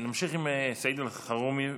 נמשיך עם סעיד אלחרומי.